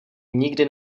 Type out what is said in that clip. nikdy